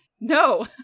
no